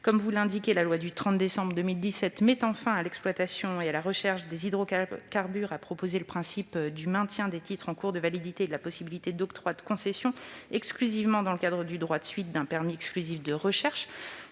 Comme vous l'indiquez, la loi du 30 décembre 2017 mettant fin à la recherche ainsi qu'à l'exploitation des hydrocarbures a posé le principe du maintien des titres en cours de validité et la possibilité d'octroi de concessions, exclusivement dans le cadre du droit de suite d'un permis exclusif de recherches.